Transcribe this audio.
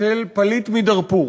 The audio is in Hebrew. של פליט מדארפור